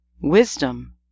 wisdom